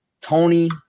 Tony